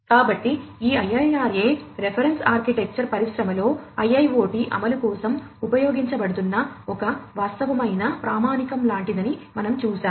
కాబట్టి ఈ IIRA reference architecture పరిశ్రమలలో IIoT అమలు కోసం ఉపయోగించబడుతున్న ఒక వాస్తవమైన ప్రామాణికం లాంటిదని మనం చూశాము